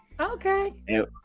Okay